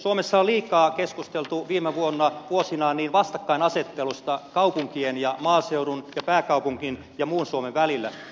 suomessa on liikaa keskusteltu viime vuosina vastakkainasettelusta kaupunkien ja maaseudun sekä pääkaupungin ja muun suomen välillä